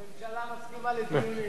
אנחנו נעבור להצבעה.